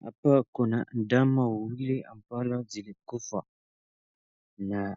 Hapa kuna ndama wawili ambao zilikufa na